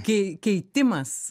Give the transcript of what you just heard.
kei keitimas